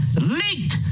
Leaked